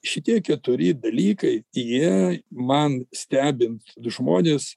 šitie keturi dalykai jie man stebint du žmonės